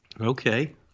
Okay